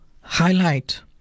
highlight